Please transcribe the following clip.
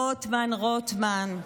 רוטמן, רוטמן,